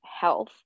health